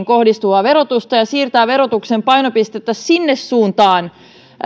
kohdistuvaa verotusta ja siirtää verotuksen painopistettä sinne suuntaan